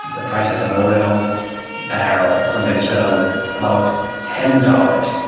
the price of an oil barrel from venezuela was about ten dollars.